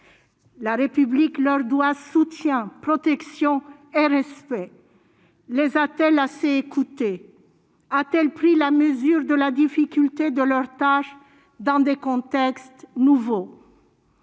La République leur doit soutien, protection et respect. Les a-t-elle assez écoutés ? A-t-elle pris la mesure de la difficulté de leur tâche dans des contextes nouveaux ?